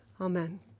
amen